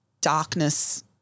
darkness